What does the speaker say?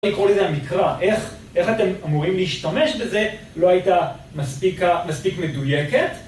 איך אתם אמורים להשתמש בזה לא הייתה מספיק מדויקת